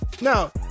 now